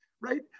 right